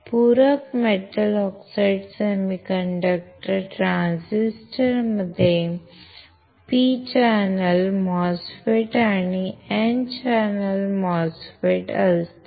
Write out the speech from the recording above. पूरक metal oxide semiconductor ट्रान्झिस्टरमध्ये P channel MOSFET आणि N चॅनेल MOSFET असतात